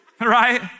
Right